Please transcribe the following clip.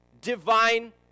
divine